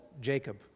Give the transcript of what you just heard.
Jacob